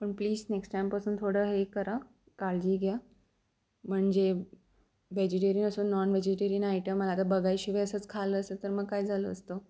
पण please next टाईमपासून थोडं हे करा काळजी घ्या म्हणजे व्हेजिटेरियन असून नॉन वेजिटेरियन आयटम आला आता बघायशिवाय असंच खाल्लं असतं तर मग काय झालं असतं